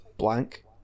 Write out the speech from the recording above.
blank